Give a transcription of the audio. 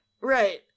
Right